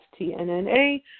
TNNA